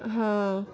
ହଁ